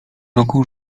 roku